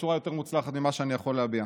בצורה יותר מוצלחת ממה שאני יכול להביע.